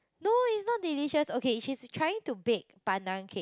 no is not delicious okay she's trying to bake pandan cake